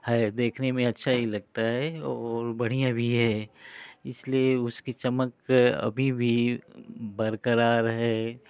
लगता है देखन में अच्छा हीं लगता है और बढ़िया भी है इसलिए उसकी चमक अभी भी बरकरार है